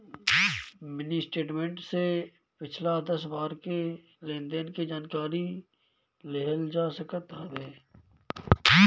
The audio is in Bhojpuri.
मिनी स्टेटमेंट से पिछला दस बार के लेनदेन के जानकारी लेहल जा सकत हवे